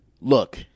Look